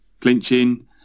clinching